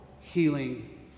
healing